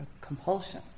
compulsion